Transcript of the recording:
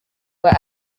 were